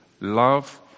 love